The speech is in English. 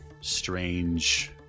strange